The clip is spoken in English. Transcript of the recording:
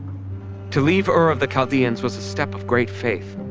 to leave ur of the chaldeans was a step of great faith,